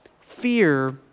Fear